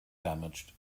damaged